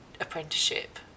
apprenticeship